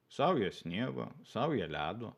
saują sniego saują ledo